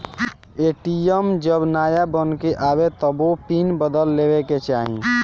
ATM जब नाया बन के आवे तबो पिन बदल लेवे के चाही